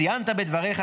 ציינת בדבריך,